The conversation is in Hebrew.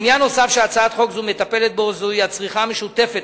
עניין נוסף שהצעת חוק זו מטפלת בו הוא הצריכה המשותפת,